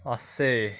!wahseh!